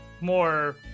more